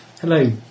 Hello